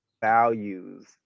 values